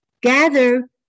gather